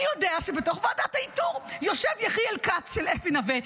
אני יודע שבתוך ועדת האיתור יושב יחיאל כץ של אפי נוה,